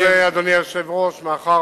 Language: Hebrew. אני רוצה, אדוני היושב-ראש, מאחר